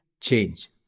change